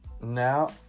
Now